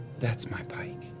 that's my pike.